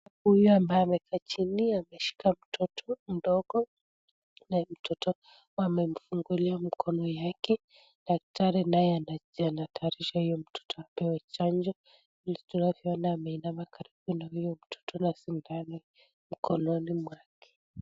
Amekaa chini kama ameshika mtoto mdogo na amemfungulia mkono yake, daktari naye anatayarisha huyo mtoto apewe chanjo anainama karibu na huyo mtoto na sindano mkono ni mwake.